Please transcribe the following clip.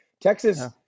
Texas